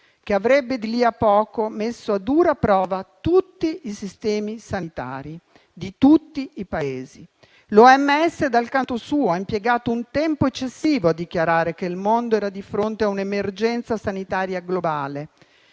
che avrebbe di lì a poco messo a dura prova tutti i sistemi sanitari di tutti i Paesi. L'OMS, dal canto suo, ha impiegato un tempo eccessivo a dichiarare che il mondo era di fronte a un'emergenza sanitaria globale.